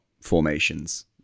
formations